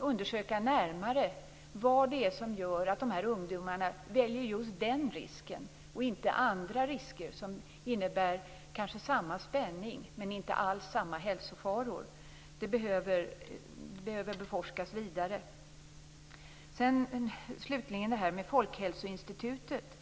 undersöka närmare vad det är som gör att ungdomarna väljer just den risken, och inte andra risker som kanske innebär samma spänning men inte alls samma hälsofaror, behöver det forskas vidare om. Slutligen vill jag ta upp det här med Folkhälsoinstitutet.